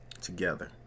together